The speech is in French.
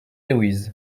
louise